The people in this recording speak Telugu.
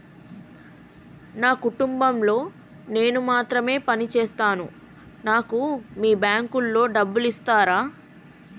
నా కుటుంబం లో నేను మాత్రమే పని చేస్తాను నాకు మీ బ్యాంకు లో డబ్బులు ఇస్తరా?